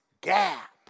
gap